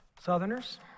Southerners